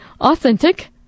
authentic